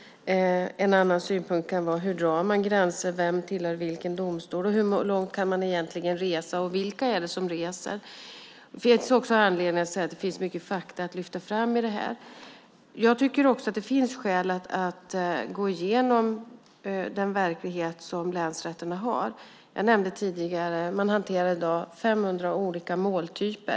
En annan synpunkt kan vara hur man drar gränser. Vem tillhör vilken domstol? Hur långt kan man egentligen resa, och vilka är det som reser? Det finns också anledning att säga att det finns mycket fakta att lyfta fram. Jag tycker också att det finns skäl att gå igenom den verklighet som länsrätterna har. Jag nämnde tidigare att man i dag hanterar 500 olika måltyper.